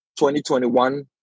2021